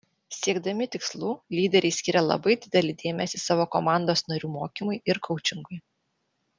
siekdami tikslų lyderiai skiria labai didelį dėmesį savo komandos narių mokymui ir koučingui